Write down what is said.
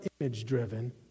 image-driven